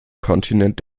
kontinent